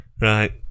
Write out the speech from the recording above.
right